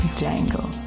jangle